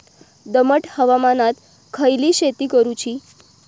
दमट हवामानात खयली शेती करूची?